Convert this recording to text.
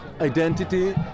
identity